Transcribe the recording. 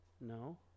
No